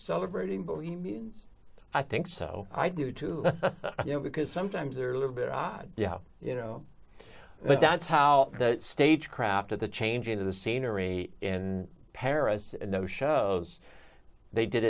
celebrating bohemians i think so i do too you know because sometimes they're a little bit odd yeah you know but that's how the stage craft of the changing of the scenery and paris and those shows they did